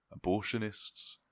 abortionists